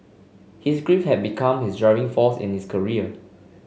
his grief had become his driving force in his career